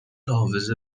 حافظه